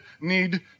need